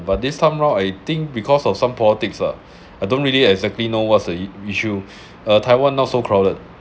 but this time round I think because of some politics ah I don't really exactly know what's the i~ issue uh taiwan not so crowded